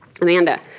Amanda